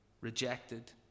rejected